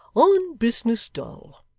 on business, doll.